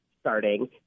starting